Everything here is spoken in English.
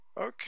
Okay